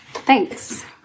Thanks